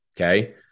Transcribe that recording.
Okay